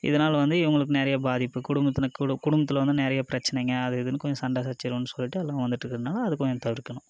இதனால வந்து இவங்களுக்கு நிறையா பாதிப்பு குடும்பத்துல கூட குடும்பத்தில் வந்து நிறையா பிரச்சனைங்க அது இதுன்னு கொஞ்சம் சண்டை சச்சரவுன்னு சொல்லிட்டு எல்லாம் வந்துட்டுருக்கறதுனால அதை கொஞ்சம் தவிர்க்கணும்